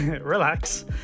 relax